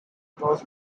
toes